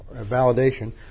validation